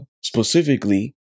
specifically